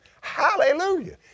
Hallelujah